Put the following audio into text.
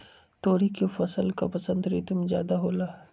तोरी के फसल का बसंत ऋतु में ज्यादा होला?